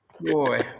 Boy